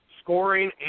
scoring